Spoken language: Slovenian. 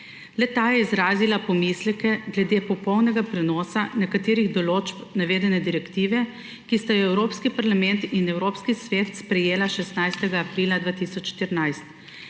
Le-ta je izrazila pomisleke glede popolnega prenosa nekaterih določb navedene direktive, ki sta jo Evropski parlament in Evropski svet sprejela 16. aprila 2014.